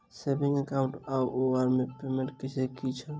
Saving account आओर current account की छैक?